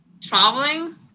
traveling